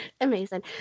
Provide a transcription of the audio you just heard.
amazing